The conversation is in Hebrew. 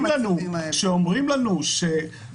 כל מה שאנחנו עושים הוא בשיתוף פעולה מלא עם כל בתי הדין בעולם,